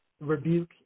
rebuke